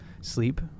sleep